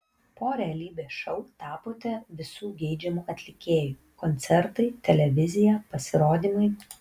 po realybės šou tapote visų geidžiamu atlikėju koncertai televizija pasirodymai